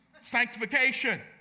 Sanctification